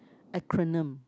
acronym